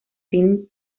film